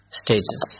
stages